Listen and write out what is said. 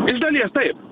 iš dalies taip